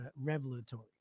revelatory